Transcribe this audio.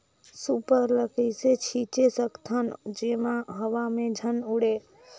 Super ल कइसे छीचे सकथन जेमा हवा मे झन उड़े?